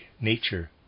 nature